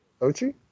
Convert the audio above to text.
Ochi